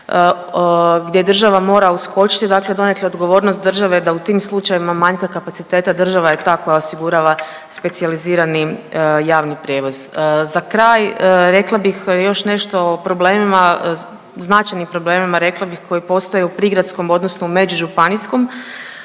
gdje država mora uskočiti, dakle donekle je odgovornost države da u tim slučajevima manjka kapaciteta država je ta koja osigurava specijalizirani javni prijevoz. Za kraj rekla bih još nešto o problemima, značajnim problemima rekla bih koji postoje u prigradskom, odnosno u međužupanijskom